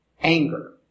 anger